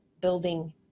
building